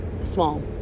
small